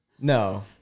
No